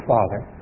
Father